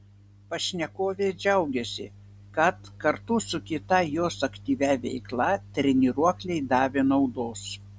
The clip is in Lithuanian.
pašnekovė džiaugėsi kad kartu su kita jos aktyvia veikla treniruokliai davė naudos